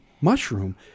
mushroom